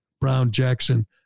Brown-Jackson